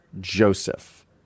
Joseph